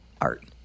Art